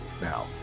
now